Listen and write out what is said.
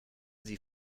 sie